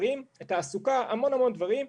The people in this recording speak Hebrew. תעסוקה המון-המון דברים.